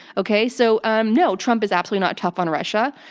okay, so um no, trump is absolutely not tough on russia.